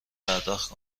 پرداخت